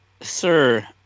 Sir